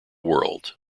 world